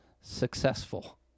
successful